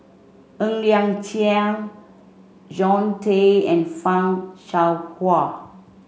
Ng Liang Chiang Jean Tay and Fan Shao Hua